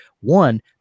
one